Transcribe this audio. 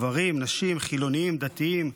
גברים, נשים, חילונים, דתיים,